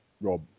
Rob